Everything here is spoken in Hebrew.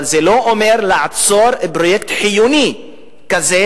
אבל זה לא אומר לעצור פרויקט חיוני כזה